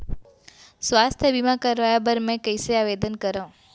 स्वास्थ्य बीमा करवाय बर मैं कइसे आवेदन करव?